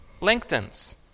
lengthens